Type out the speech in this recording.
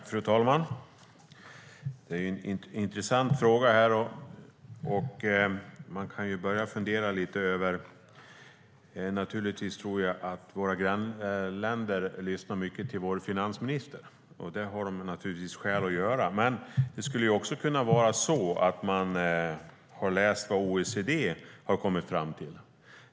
Fru talman! Det är en intressant fråga, och man kan börja fundera lite. Naturligtvis tror jag att våra grannländer lyssnar mycket till vår finansminister, och det har de givetvis skäl att göra. Det skulle dock också kunna vara så att man har läst vad OECD har kommit fram till.